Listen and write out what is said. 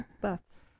buffs